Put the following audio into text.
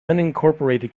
unincorporated